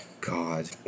God